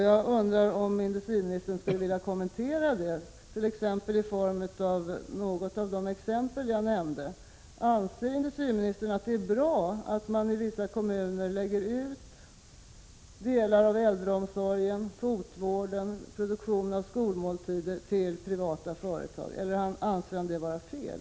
Jag undrar om industriministern skulle vilja kommentera detta, t.ex. med utgångspunkt i den konkurrens som bedrivs i den form jag nämnde i något av mina exempel. Anser industriministern att det är bra att man i vissa kommuner lägger ut delar av äldreomsorgen, fotvården och produktionen av skolmåltider på privata företag eller anser industriministern detta vara fel?